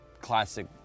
classic